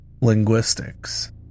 Linguistics